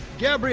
gang